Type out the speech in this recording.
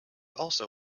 also